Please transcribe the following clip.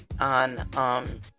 on